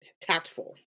Tactful